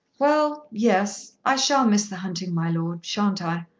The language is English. well yes. i shall miss the hunting, my lord shan't i?